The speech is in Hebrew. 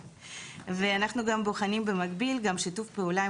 ואנחנו גם בוחנים במקביל שיתוף פעולה עם